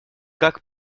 как